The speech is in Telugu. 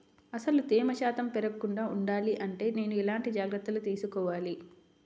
అసలు తేమ శాతం పెరగకుండా వుండాలి అంటే నేను ఎలాంటి జాగ్రత్తలు తీసుకోవాలి?